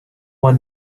one